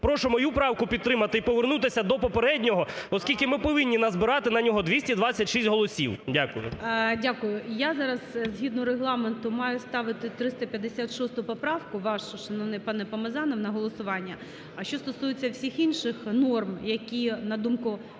Прошу мою правку підтримати і повернутися до попереднього, оскільки ми повинні назбирати на нього 226 голосів. Дякую. ГОЛОВУЮЧИЙ. Дя. Я зараз згідно Регламенту маю ставити 356 поправку вашу, шановний пане Помазанов, на голосування. А що стосується всіх інших норм, які, на думку